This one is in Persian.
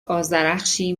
آذرخشی